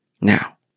Now